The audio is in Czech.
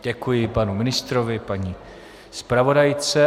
Děkuji panu ministrovi, paní zpravodajce.